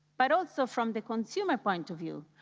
but also, from the consumer point of view,